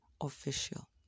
official